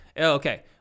Okay